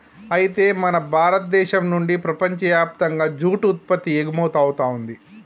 అయితే మన భారతదేశం నుండి ప్రపంచయప్తంగా జూట్ ఉత్పత్తి ఎగుమతవుతుంది